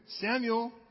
Samuel